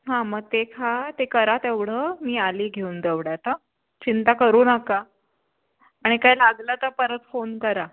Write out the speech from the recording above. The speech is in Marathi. हां मग ते खा ते करा तेवढं मी आली घेऊन तेवढ्यात हां चिंता करू नका आणि काय लागलं तर परत फोन करा